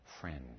friend